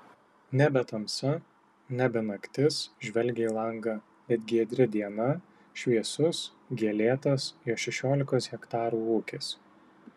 nebe tamsa nebe naktis žvelgė į langą bet giedri diena šviesus gėlėtas jo šešiolikos hektarų ūkis